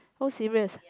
oh serious